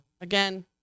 Again